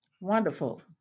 Wonderful